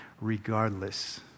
regardless